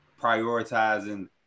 prioritizing